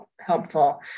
helpful